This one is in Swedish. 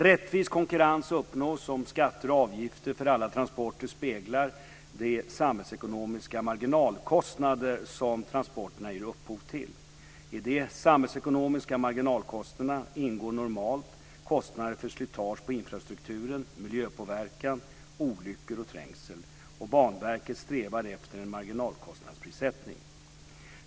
Rättvis konkurrens uppnås om skatter och avgifter för alla transporter speglar de samhällsekonomiska marginalkostnader som transporterna ger upphov till. I de samhällsekonomiska marginalkostnaderna ingår normalt kostnader för slitage på infrastrukturen, miljöpåverkan, olyckor och trängsel. Banverket strävar efter en marginalkostnadsprissättning.